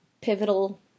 Pivotal